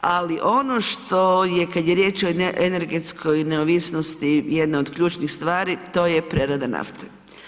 Ali ono što je kad je riječ o energetskoj neovisnosti jedna od ključnih stvari, to je prerada nafte.